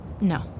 No